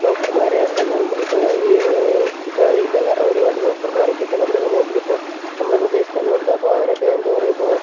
ഡോക്ടറുമാരു ഒന്നും ഇപ്പോൾ കിട്ടാനില്ല കാരണം ഒരുപാട് ഡോക്ടറുമാരൊക്കെ ഇപ്പം നമ്മുടെ സമൂഹത്തിലിപ്പോൾ നമ്മുടെ പ്രദേശത്തു തന്നെയുണ്ട് അപ്പോൾ അവരൊക്കെ എന്താ പറയാ ഇപ്പോൾ